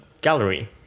Gallery